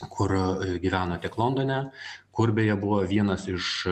kur gyveno tiek londone kur beje buvo vienas iš